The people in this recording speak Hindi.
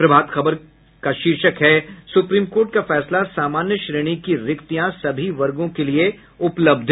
प्रभात खबर का शीर्षक है सुप्रीम कोर्ट का फैसला सामान्य श्रेणी की रिक्तियां सभी वर्गो के लिए उपलब्ध